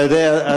אתה יודע,